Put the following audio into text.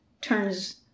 turns